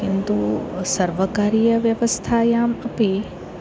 किन्तु सर्वकारीयव्यवस्थायाम् अपि